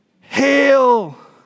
Hail